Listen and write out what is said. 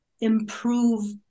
improve